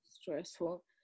stressful